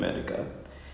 captain america